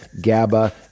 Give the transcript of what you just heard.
GABA